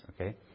okay